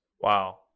Wow